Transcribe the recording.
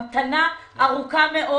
המתנה ארוכה מאוד.